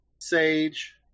Sage